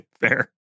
Fair